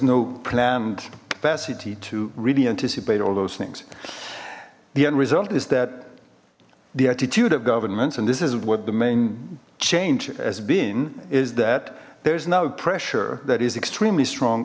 no planned capacity to really anticipate all those things the end result is that the attitude of governments and this is what the main change has been is that there's now pressure that is extremely strong